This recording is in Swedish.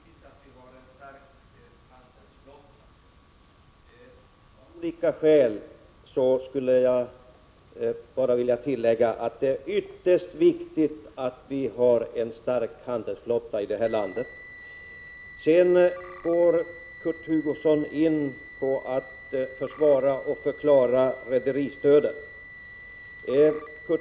Herr talman! Kurt Hugosson konstaterar att det är viktigt att vi har en stark handelsflotta. Av olika skäl skulle jag bara vilja tillägga att det är ytterst viktigt att vi har en stark handelsflotta i detta land. Sedan går Kurt Hugosson in på att försvara och förklara rederistödet.